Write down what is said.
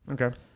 okay